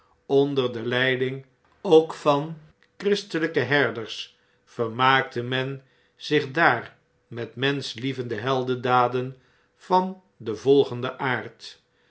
onder de leiding ook van christelpe herders vermaakte men zich daar met menschlievende heldendaden van den volgenden aard